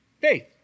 Faith